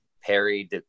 Perry